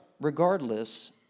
regardless